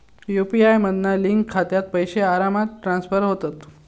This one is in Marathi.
यु.पी.आय मधना लिंक खात्यात पैशे आरामात ट्रांसफर होतत